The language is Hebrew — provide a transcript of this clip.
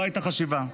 לא הייתה חשיבה.